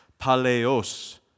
paleos